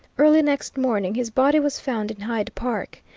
early next morning his body was found in hyde park.